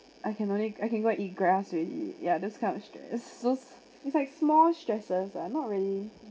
I can only I can go and eat grass already yeah those kind of stress so it's like small stresses ah not really